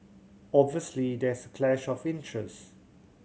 obviously there is clash of interest